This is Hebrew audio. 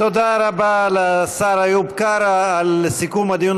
תודה רבה לשר איוב קרא על סיכום הדיון